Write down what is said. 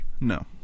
No